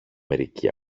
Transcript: μερικοί